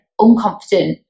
unconfident